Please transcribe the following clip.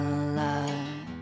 alive